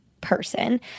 person –